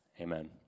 Amen